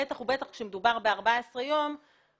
בטח ובטח כאשר מדובר ב-14 ימים שכמו